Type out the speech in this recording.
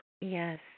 Yes